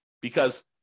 because-